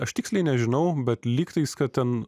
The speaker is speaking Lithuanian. aš tiksliai nežinau bet lygtais kad ten